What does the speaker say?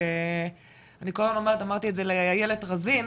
אני אמרתי את זה לאיילת רזין,